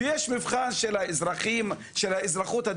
ויש מבחן של האזרחות הדמוקרטית,